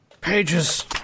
Pages